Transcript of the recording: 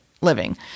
living